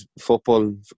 football